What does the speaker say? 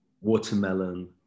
watermelon